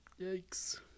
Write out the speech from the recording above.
yikes